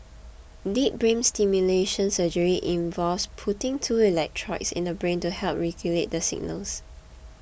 deep brain stimulation surgery involves putting two electrodes in the brain to help regulate the signals